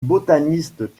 botaniste